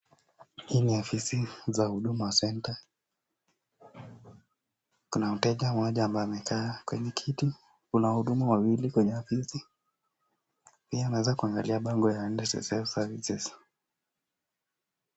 Hii ni ofisi za Huduma Centre. Kuna mteja mmoja ambaye amekaa kwenye kiti. Kuna wahudumu wawili kwenye viti. Pia unaeza kuangalia bango ya NSSF Services.